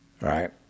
Right